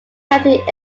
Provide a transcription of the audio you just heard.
county